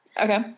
Okay